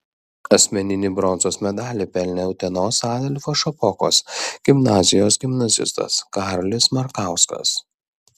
asmeninį bronzos medalį pelnė utenos adolfo šapokos gimnazijos gimnazistas karolis markauskas